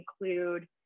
include